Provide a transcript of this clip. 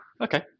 okay